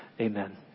Amen